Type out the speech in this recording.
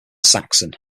saxon